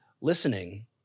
listening